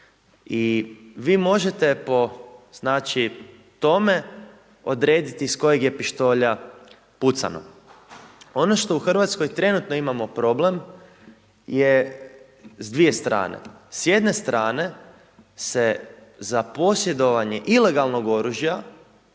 I vi možete po tome odrediti iz kojeg je pištolja pucano. Ono što u Hrvatskoj trenutno imamo problem je s dvije strane. S jedne strane se za posjedovanje ilegalnog oružja